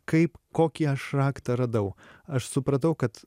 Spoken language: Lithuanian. kaip kokį aš raktą radau aš supratau kad